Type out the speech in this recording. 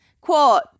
Quote